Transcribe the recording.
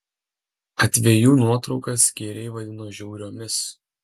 atvejų nuotraukas skeiriai vadino žiauriomis